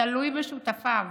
תלוי בשותפיו